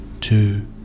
two